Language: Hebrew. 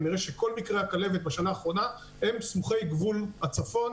יראה שכל מקרי הכלבת בשנה האחרונה הם באזור גבול הצפון,